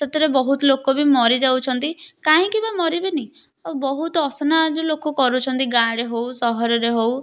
ସେଥିରେ ବହୁତ ଲୋକବି ମରି ଯାଉଛନ୍ତି କାହିଁକିବା ମରିବେନି ବହୁତ ଅସନା ଯେଉଁ ଲୋକ କରୁଛନ୍ତି ଗାଁରେ ହେଉ ସହରରେ ହେଉ